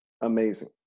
amazing